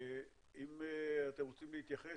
אתם רוצים להתייחס?